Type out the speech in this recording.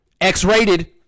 x-rated